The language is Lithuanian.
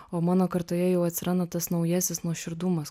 o mano kartoje jau atsiranda tas naujasis nuoširdumas